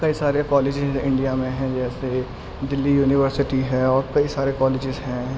کئی سارے colleges India میں ہیں جیسے دہلی یونیورسٹی ہے اور کئی سارے کالیجز ہیں